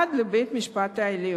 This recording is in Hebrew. עד לבית-המשפט העליון.